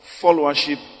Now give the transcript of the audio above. followership